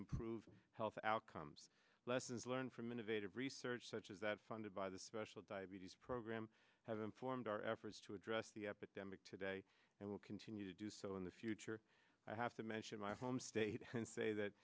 improve health outcomes lessons learned from innovative research such as that funded by the special diabetes program have informed our efforts to address the epidemic today and will continue to do so in the future i have to mention my home state and say that